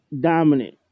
dominant